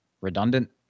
redundant